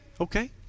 Okay